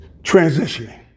Transitioning